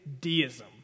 deism